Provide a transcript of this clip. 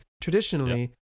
traditionally